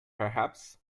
perhaps